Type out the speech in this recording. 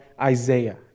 Isaiah